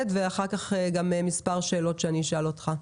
ואחר כך גם מספר שאלות שאני אשאל אותך.